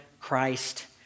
Christ